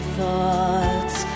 thoughts